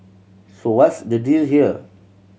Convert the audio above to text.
so what's the deal here